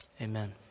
Amen